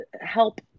help